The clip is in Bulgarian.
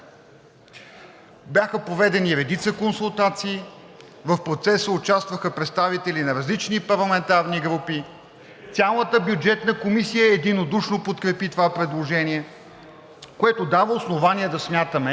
Бяха проведени редица консултации, в процеса участваха представители на различни парламентарни групи. Цялата Бюджетна комисия подкрепи единодушно това предложение, което дава основание да смятаме,